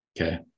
Okay